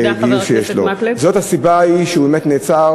זאת הסיבה שהוא נעצר.